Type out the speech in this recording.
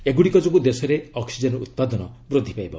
ଏଗୁଡ଼ିକ ଯୋଗୁଁ ଦେଶରେ ଅକ୍କିଜେନ ଉତ୍ପାଦନ ବୃଦ୍ଧି ପାଇବ